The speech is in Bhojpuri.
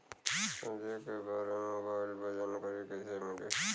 सब्जी के बारे मे मोबाइल पर जानकारी कईसे मिली?